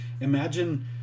imagine